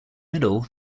middle